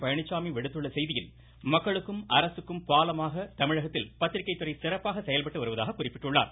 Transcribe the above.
பழனிச்சாமி விடுத்துள்ள செய்தியில் மக்களுக்கும் அரசுக்கும் பாலமாக தமிழகத்தில் பத்திரிக்கை துறை சிறப்பாக செயல்பட்டு வருவதாக குறிப்பிட்டுள்ளார்